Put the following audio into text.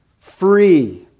free